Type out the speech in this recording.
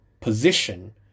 position